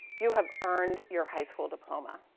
you have earned your high school diploma.